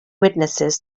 witnesses